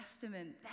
Testament